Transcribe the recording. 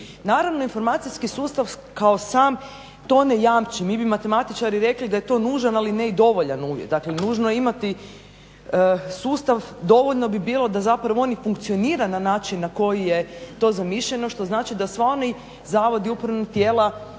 Naravno informacijski sustav kao sam to ne jamči. Mi bi matematičari rekli da je to nužan ali ne i dovoljan uvjet, dakle nužno je imati sustav, dovoljno bi bilo da zapravo on i funkcionira na način na koji je to mišljeno što znači da svi oni zavodi, upravna tijela,